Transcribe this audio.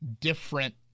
different